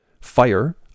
fire